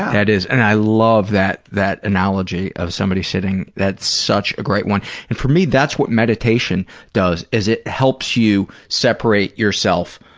that is, and i love that that analogy of somebody sitting, that's such a great one. and for me, that's what meditation does, is it helps you separate yourself,